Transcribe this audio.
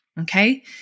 Okay